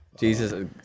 Jesus